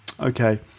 Okay